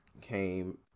came